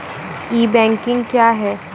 ई banking क्या हैं?